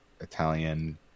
italian